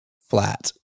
flat